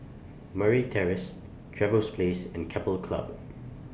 Murray Terrace Trevose Place and Keppel Club